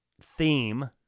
theme